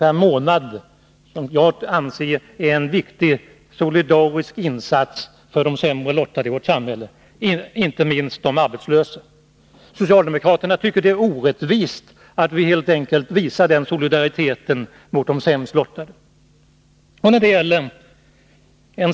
per månad som jag anser vara en viktig solidarisk insats för de sämre lottade i vårt samhälle, inte minst de arbetslösa. Socialdemokraterna tycker att det är orättvist att vi visar den solidariteten mot de sämst lottade.